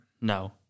No